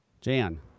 Jan